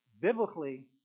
Biblically